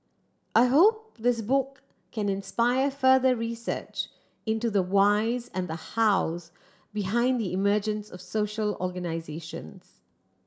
I hope this book can inspire further research into the whys and the hows behind the emergence of social organisations